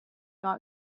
dark